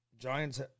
Giants